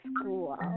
school